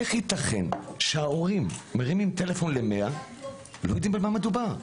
איך ייתכן שההורים מרימים טלפון ל-100 ולא יודעים על מה מדובר.